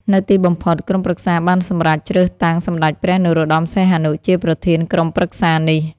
នៅទីបំផុត ក្រុមប្រឹក្សាបានសម្រេចជ្រើសតាំងសម្ដេចព្រះនរោត្តម សីហនុ ជាប្រធានក្រុមប្រឹក្សានេះ។